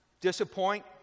disappoint